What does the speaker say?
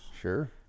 Sure